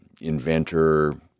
inventor